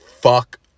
fuck